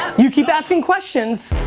you keep asking questions,